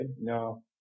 No